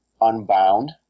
unbound